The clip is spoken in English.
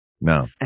No